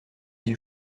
îles